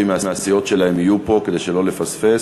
מהסיעות שלהם יהיו פה כדי שלא לפספס.